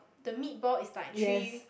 the meat ball is like three